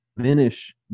finish